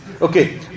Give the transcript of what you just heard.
Okay